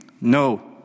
No